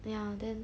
ya then